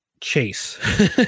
Chase